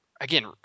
again